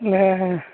ନାଇଁ